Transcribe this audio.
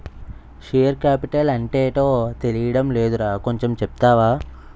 Share capital అంటేటో తెలీడం లేదురా కొంచెం చెప్తావా?